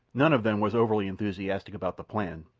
none of them was overly enthusiastic about the plan,